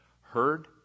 heard